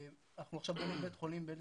אנחנו עכשיו בונים בית חולים באל